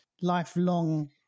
lifelong